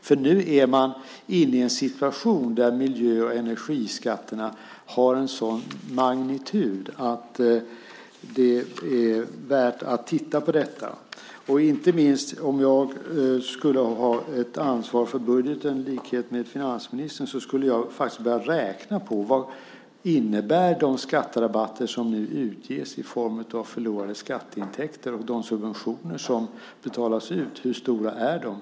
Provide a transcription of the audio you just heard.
För nu är man inne i en situation där miljö och energiskatterna har en sådan magnitud att det är värt att titta på detta. Skulle jag ha ett ansvar för budgeten i likhet med finansministern skulle jag börja räkna på vad de skatterabatter innebär som nu utges i form av förlorade skatteintäkter, och när det gäller de subventioner som betalas ut, hur stora de är.